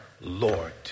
Lord